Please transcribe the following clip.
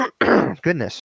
goodness